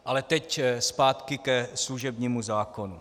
Ale teď zpátky ke služebnímu zákonu.